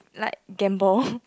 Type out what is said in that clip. like gamble